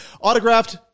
Autographed